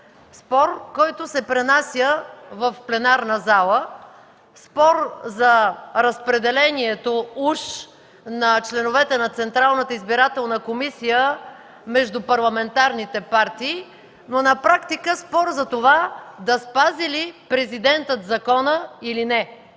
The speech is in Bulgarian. спор, който се пренася в пленарната зала, спор за разпределението уж на членовете на Централната избирателна комисия между парламентарните партии, но на практика спор за това да спази ли Президентът закона, или не,